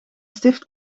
stift